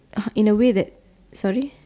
uh in a way that sorry